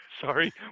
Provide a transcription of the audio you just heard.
Sorry